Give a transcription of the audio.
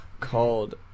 called